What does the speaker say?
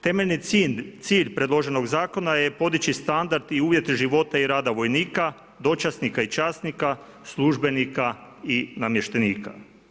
Temeljni cilj predloženog Zakona je podići standard i uvjete života i rada vojnika, dočasnika i časnika, službenika i namještenika.